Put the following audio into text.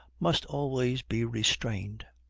must always be restrained.